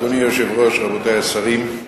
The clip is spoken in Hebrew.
אדוני היושב-ראש, רבותי השרים,